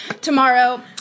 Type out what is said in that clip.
Tomorrow